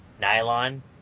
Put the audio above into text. Nylon